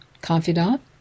confidant